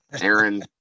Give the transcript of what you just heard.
Aaron